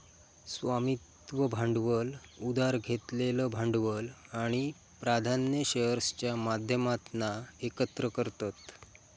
स्वामित्व भांडवल उधार घेतलेलं भांडवल आणि प्राधान्य शेअर्सच्या माध्यमातना एकत्र करतत